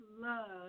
love